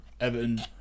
Everton